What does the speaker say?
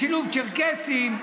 בשילוב צ'רקסים,